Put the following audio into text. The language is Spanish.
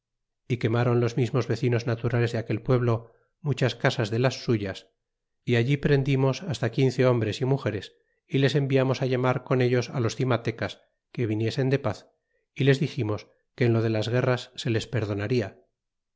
y quemaron los mismos vecinos naturales de aquel pueblo muchas casas de las suyas y allí prendimos hasta quince hembres mugeres y les enviamos llamar con ellos a los cimatecas que viniesen de paz y les diemos que en lo de las guerras se les perdonarla